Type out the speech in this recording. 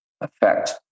Effect